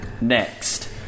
Next